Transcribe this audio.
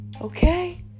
Okay